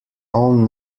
own